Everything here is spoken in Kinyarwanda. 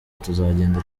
tuzagenda